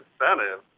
incentive